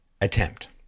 attempt